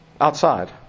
outside